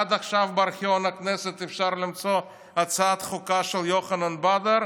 עד עכשיו אפשר למצוא בארכיון הכנסת הצעת חוקה של יוחנן בדר,